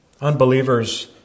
Unbelievers